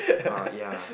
ah ya